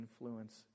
influence